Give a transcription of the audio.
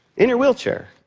in your wheelchair.